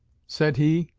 said he,